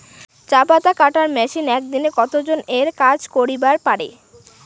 চা পাতা কাটার মেশিন এক দিনে কতজন এর কাজ করিবার পারে?